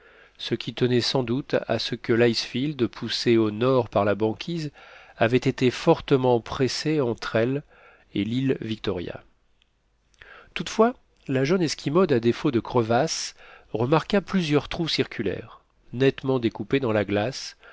ce qui tenait sans doute à ce que l'icefield poussé au nord par la banquise avait été fortement pressé entre elle et l'île victoria toutefois la jeune esquimaude à défaut de crevasses remarqua plusieurs trous circulaires nettement découpés dans la glace